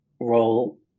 role